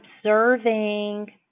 observing